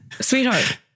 Sweetheart